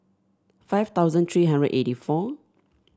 five thousand three hundred eighty four